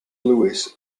lewis